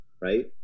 right